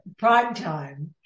Primetime